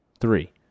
three